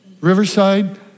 Riverside